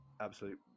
absolute